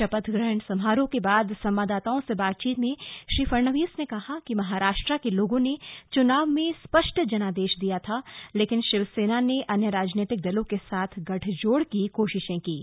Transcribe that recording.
शपथ ग्रहण समारोह के बाद संवाददाताओं से बातचीत में श्री फडणवीस ने कहा कि महाराष्ट्र के लोगों ने चुनाव में स्पष्ट जनादेश दिया था लेकिन शिवसेना ने अन्यं राजनीतिक दलों के साथ गठजोड़ की कोशिशें कीं